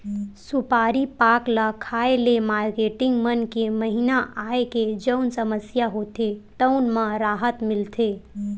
सुपारी पाक ल खाए ले मारकेटिंग मन के महिना आए के जउन समस्या होथे तउन म राहत मिलथे